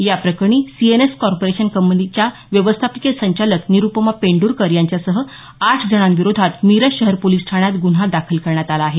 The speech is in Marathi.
याप्रकरणी सी एन एक्स कार्पोरेशन कंपनीच्या व्यवस्थापकीय संचालक निरुपमा पेंडरकर यांच्यासह आठ जणांविरोधात मिरज शहर पोलीस ठाण्यात ग्रन्हा दाखल करण्यात आला आहे